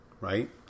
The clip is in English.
right